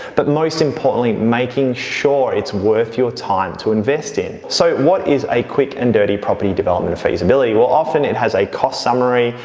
but most importantly, making sure it's worth your time to invest in. so, what is a quick and dirty property development feasibility? well often, it has a cost summary,